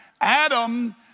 Adam